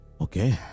Okay